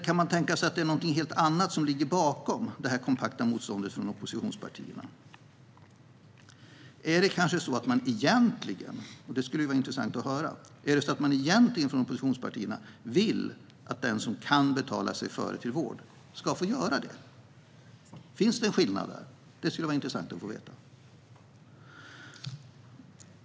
Kan det tänkas att det är något helt annat som ligger bakom oppositionspartiernas kompakta motstånd? Är det kanske på det sättet att oppositionspartierna egentligen vill att den som kan betala sig till att komma före till vård ska få göra det? Det skulle vara intressant att höra. Finns det en skillnad där?